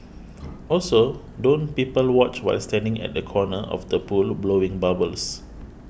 also don't people watch while standing at the corner of the pool blowing bubbles